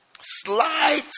slight